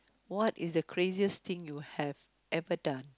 what is the craziest thing you have ever done